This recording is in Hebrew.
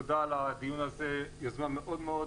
תודה על הדיון הזה ועל היוזמה הזאת.